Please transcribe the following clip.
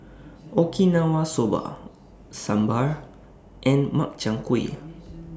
Okinawa Soba Sambar and Makchang Gui